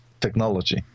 technology